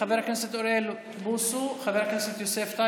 חבר הכנסת אוריאל בוסו, חבר